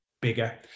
bigger